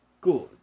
Good